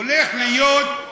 הולך להיות,